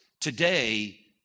today